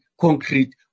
concrete